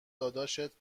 داداشت